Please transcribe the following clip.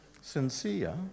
Sincere